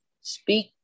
Speak